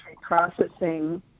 processing